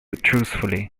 truthfully